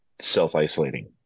self-isolating